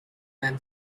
man